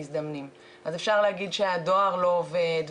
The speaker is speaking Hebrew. למען הסר ספק, מי ששולח את הדואר זה דואר ישראל.